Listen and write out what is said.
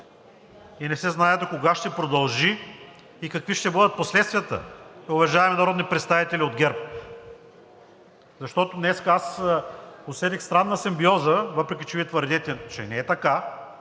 и не се знае докога ще продължи, и какви ще бъдат последствията, уважаеми народни представители от ГЕРБ. Защото днес усетих странна симбиоза, въпреки че Вие твърдите, че не е така,